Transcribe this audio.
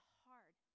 hard